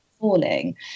falling